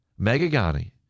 Megagani